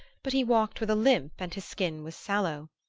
but he walked with a limp and his skin was sallow.